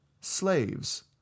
Slaves